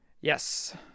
Yes